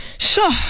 Sure